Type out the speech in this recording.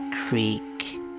Creek